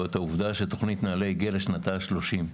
את העובדה שתוכנית נעל"ה הגיעה לשנתה ה-30.